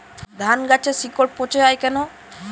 ধানগাছের শিকড় পচে য়ায় কেন?